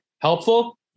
Helpful